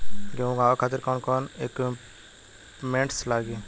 गेहूं उगावे खातिर कौन कौन इक्विप्मेंट्स लागी?